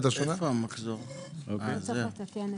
בעמותה מס' 13 אפשר לתקן.